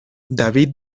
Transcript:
david